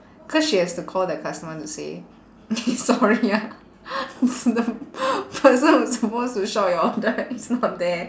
cause she has to call the customer to say sorry ah it's the person who's supposed to shop your order is not there